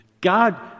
God